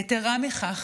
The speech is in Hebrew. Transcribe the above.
יתרה מזו,